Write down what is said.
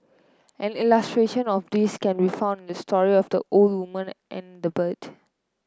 an illustration of this can be found the story of the old woman and the bird